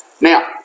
Now